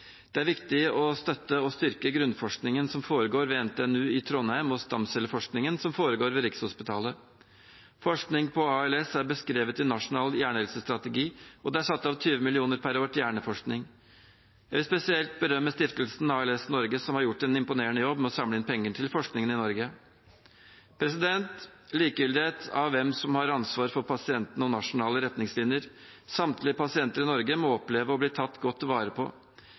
Det er viktig å støtte og styrke grunnforskningen som foregår ved NTNU i Trondheim, og stamcelleforskningen som foregår ved Rikshospitalet. Forskning på ALS er beskrevet i Nasjonal hjernehelsestrategi, og det er satt av 20 mill. kr per år til hjerneforskning. Jeg vil spesielt berømme stiftelsen ALS Norge, som har gjort en imponerende jobb med å samle inn penger til forskningen i Norge. Lik gyldighet når det gjelder hvem som har ansvar for pasienten, og nasjonale retningslinjer: Samtlige pasienter i Norge må oppleve å bli tatt godt vare på.